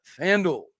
FanDuel